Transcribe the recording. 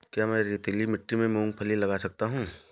क्या मैं रेतीली मिट्टी में मूँगफली लगा सकता हूँ?